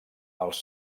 els